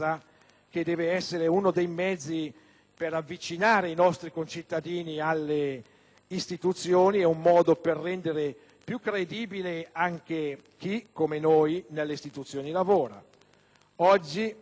che deve essere uno dei mezzi per avvicinare i nostri concittadini alle istituzioni e un modo per rendere più credibile anche chi, come noi, nelle istituzioni lavora.